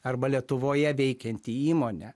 arba lietuvoje veikianti įmonė